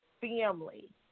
family